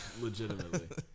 legitimately